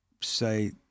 say